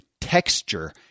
Texture